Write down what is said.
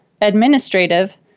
administrative